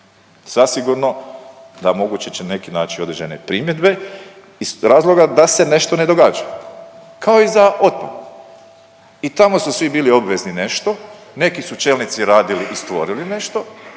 Zasigurno da moguće će neki naći određene primjedbe iz razloga da se nešto ne događa, kao i za otpad i tamo su svi bili obvezni nešto, neki su čelnici radili i stvorili nešto,